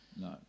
No